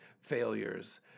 failures